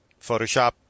Photoshop